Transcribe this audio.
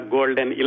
Golden